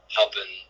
helping